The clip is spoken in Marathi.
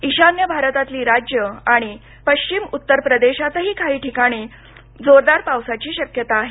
इशान्य भारतातली राज्य आणि पश्चिम उत्तर प्रदेशातही काही ठिकाणी जोरदार पावसाची शक्यता आहे